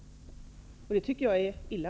Det tycker jag är illa.